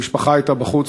המשפחה הייתה בחוץ,